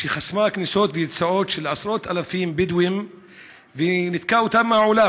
שחסמה כניסות ויציאות של עשרות-אלפי בדואים וניתקה אותם מהעולם.